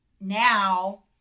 now